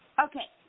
Okay